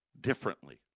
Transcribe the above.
differently